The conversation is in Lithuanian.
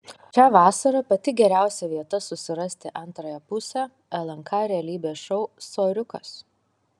šią vasarą pati geriausia vieta susirasti antrąją pusę lnk realybės šou soriukas